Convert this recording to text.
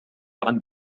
عند